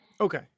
Okay